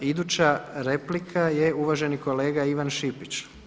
Iduća replika je uvaženi kolega Ivan Šipić.